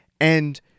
And-